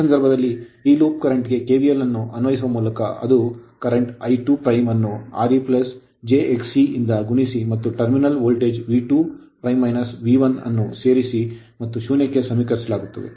ಈ ಸಂದರ್ಭದಲ್ಲಿ ಈ ಲೂಪ್ ಕರೆಂಟ್ ಗೆ ಕೆವಿಎಲ್ ಅನ್ನು ಅನ್ವಯಿಸುವ ಮೂಲಕ ಅದು ಪ್ರಸ್ತುತ I2 ಅನ್ನು Re j Xe ಯಿಂದ ಗುಣಿಸಿ ಮತ್ತು ಟರ್ಮಿನಲ್ ವೋಲ್ಟೇಜ್ V2 V1 ಅನ್ನು ಸೇರಿಸಿ ಮತ್ತು ಶೂನ್ಯಕ್ಕೆ ಸಮೀಕರಿಸಲಾಗಿದೆ